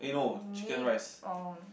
me oh